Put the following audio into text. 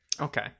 Okay